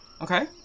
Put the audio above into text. okay